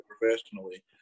professionally